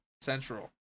Central